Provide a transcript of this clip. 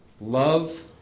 love